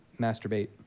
masturbate